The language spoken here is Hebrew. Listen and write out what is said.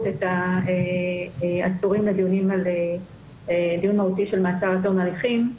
את העצורים בדיונים על דיון מהותי של מעצר עד תום ההליכים.